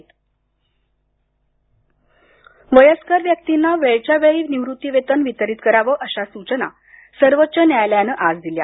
pension आदेश वयस्कर व्यक्तींना वेळच्या वेळी निवृत्तिवेतन वितरित करावं अशा सूचना सर्वोच्च न्यायालयानं आज दिल्या